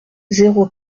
zéro